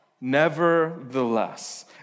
Nevertheless